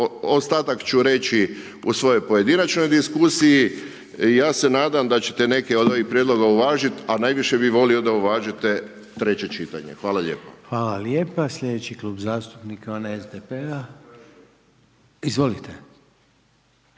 ostatak ću reći u svojoj pojedinačnoj diskusiji. Ja se nadam da ćete neke od ovih prijedloga uvažiti, a najviše bi volio da uvažite treće čitanje. Hvala lijepo. **Reiner, Željko (HDZ)** Hvala lijepa. Sljedeći Klub zastupnika je onaj SDP-a. Izvolite.